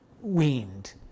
weaned